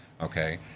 okay